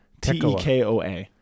Tekoa